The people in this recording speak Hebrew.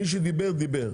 מי שדיבר דיבר.